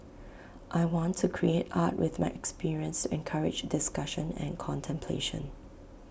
I want to create art with my experience encourage discussion and contemplation